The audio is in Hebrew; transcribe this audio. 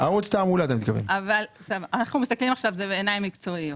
אנחנו מסתכלים בעיניים מקצועיות.